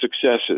successes